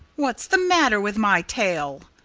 what's the matter with my tail?